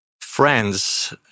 friends